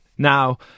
Now